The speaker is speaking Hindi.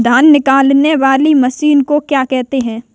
धान निकालने वाली मशीन को क्या कहते हैं?